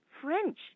French